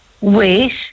wait